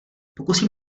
pokusím